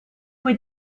were